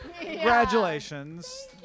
Congratulations